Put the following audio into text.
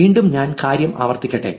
വീണ്ടും ഞാൻ കാര്യം ആവർത്തിക്കട്ടെ